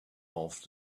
off